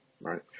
right